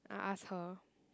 I ask her